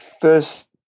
first